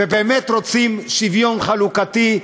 ובאמת רוצים שוויון חלוקתי,